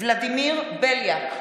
ולדימיר בליאק,